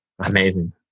Amazing